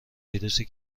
ویروسی